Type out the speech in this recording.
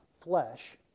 flesh